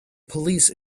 police